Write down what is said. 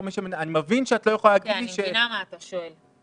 אני מבינה מה שאתה שואל,